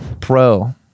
pro